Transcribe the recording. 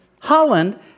Holland